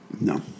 No